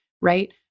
right